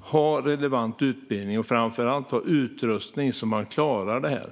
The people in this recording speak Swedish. ha relevant utbildning och framför allt ha utrustning så att de klarar detta.